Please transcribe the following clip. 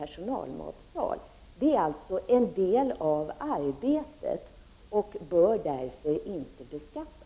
Pedagogiska måltider är en del av arbetet och bör därför inte beskattas.